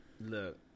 Look